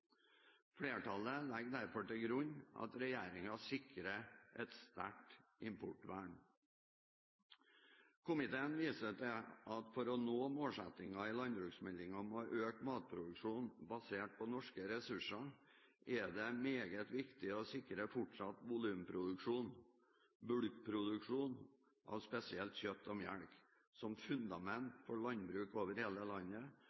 Flertallet legger derfor til grunn at regjeringen sikrer et sterkt importvern. Komiteen viser til at for å nå målsettingen i landbruksmeldingen om å øke matproduksjonen basert på norske ressurser, er det meget viktig å sikre fortsatt volumproduksjon, bulkproduksjon, av spesielt kjøtt og melk som fundament for landbruk over hele landet,